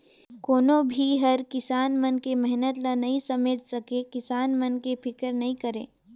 कोनो भी हर किसान मन के मेहनत ल नइ समेझ सके, किसान मन के फिकर नइ करे